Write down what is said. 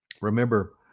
Remember